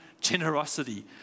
generosity